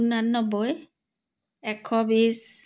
ঊনান্নব্বৈ এশ বিছ